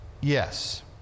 Yes